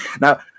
Now